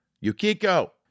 Yukiko